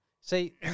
See